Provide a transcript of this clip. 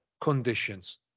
conditions